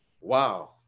Wow